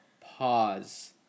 Pause